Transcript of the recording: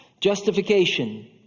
justification